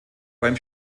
beim